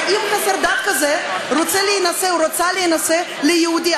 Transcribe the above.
ואם חסר דת כזה רוצה להינשא או רוצָה להינשא ליהודי,